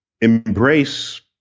embrace